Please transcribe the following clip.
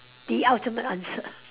the ultimate answer